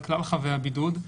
הבידוד,